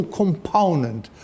component